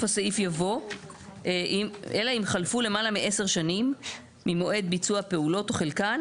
הסעיף יבוא "אלא אם חלפו למעלה מעשר שנים ממועד ביצוע פעולות או חלקן,